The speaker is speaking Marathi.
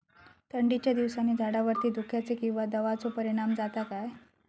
थंडीच्या दिवसानी झाडावरती धुक्याचे किंवा दवाचो परिणाम जाता काय?